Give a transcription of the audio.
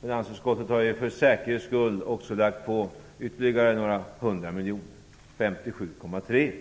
Finansutskottet har för säkerhets skull också lagt på ytterligare några hundra miljoner, till